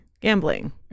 gambling